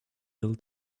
ill